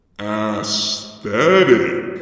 AESTHETIC